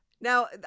Now